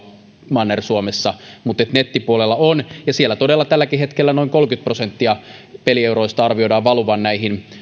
manner suomessa mutta nettipuolella on siellä todella tälläkin hetkellä noin kolmenkymmenen prosentin pelieuroista arvioidaan valuvan näihin